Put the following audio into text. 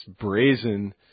brazen